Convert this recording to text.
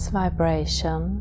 vibration